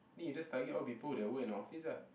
then you just target all people that work in the office lah